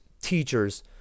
teachers